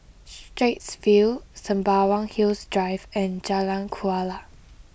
Straits View Sembawang Hills Drive and Jalan Kuala